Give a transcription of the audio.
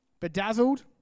Bedazzled